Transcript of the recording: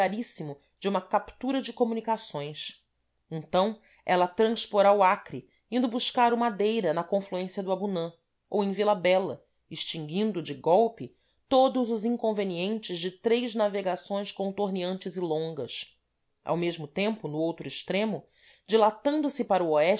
vulgaríssimo de uma captura de comunicações então ela transporá o acre indo buscar o madeira na confluência do abunã ou em vila bela extinguindo de golpe todos os inconvenientes de três navegações contorneantes e longas ao mesmo tempo no outro extremo dilatando-se para o oeste